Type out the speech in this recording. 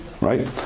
right